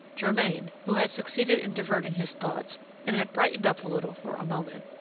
germain, who had succeeded in diverting his thoughts and had brightened up a little for a moment,